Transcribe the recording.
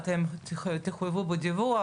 אתם תחויבו בדיווח,